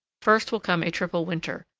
first will come a triple winter,